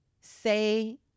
say